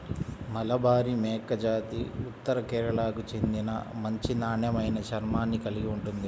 మలబారి మేకజాతి ఉత్తర కేరళకు చెందిన మంచి నాణ్యమైన చర్మాన్ని కలిగి ఉంటుంది